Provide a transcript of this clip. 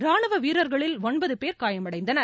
ராணுவ வீரர்களில் ஒன்பது பேர் காயமடைந்தனர்